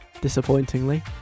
disappointingly